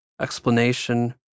explanation